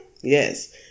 Yes